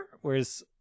whereas